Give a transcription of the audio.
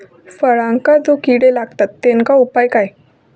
फळांका जो किडे लागतत तेनका उपाय काय?